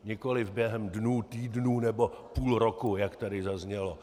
Nikoliv během dnů, týdnů, nebo půl roku, jak tady zaznělo.